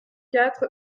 quatre